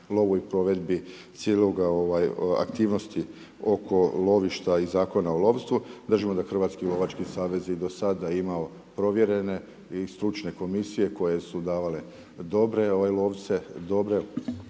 lovu i provedbi cijele aktivnosti oko lovišta i Zakona o lovstvu. Držimo da Hrvatski lovački savez i do sada je imao provjerene i stručne komisije koje su davale dobre lovce,